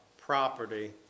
property